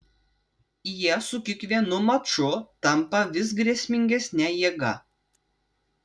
jie su kiekvienu maču tampa vis grėsmingesne jėga